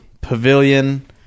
Pavilion